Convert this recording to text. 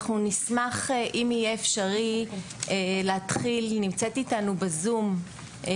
אנחנו נשמח אם יהיה אפשרי להתחיל בזום עם